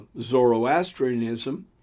Zoroastrianism